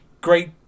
great